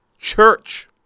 church